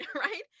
right